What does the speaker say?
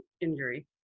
injury